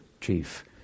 chief